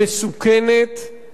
מסוכנת,